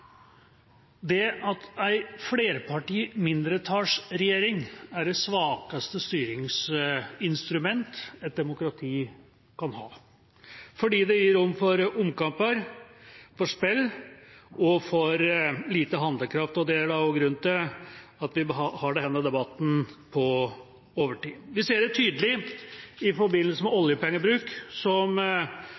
det at en flerparti-mindretallsregjering er det svakeste styringsinstrument et demokrati kan ha, fordi det gir rom for omkamper, spill og lite handlekraft, og det er også grunnen til at vi har denne debatten på overtid. Vi ser det tydelig i forbindelse med oljepengebruk. Som